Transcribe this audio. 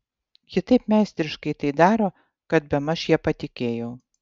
ji taip meistriškai tai daro kad bemaž ja patikėjau